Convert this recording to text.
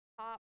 top